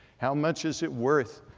how much is it worth?